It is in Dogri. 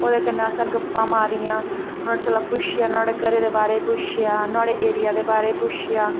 ओह्दे कन्नै असें गप्पा मारियां नुहाड़े कोला पुच्छेआ नुहाड़े घरै दे बारे पुच्छेआ नुहाड़े एरिया दे बारे च पुच्छेआ